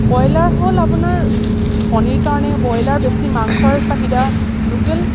কইলাৰ হ'ল আপোনাৰ কণীৰ কাৰণে ব্ৰইলাৰ বেছি মাংসৰ চাহিদা লোকেল